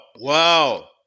Wow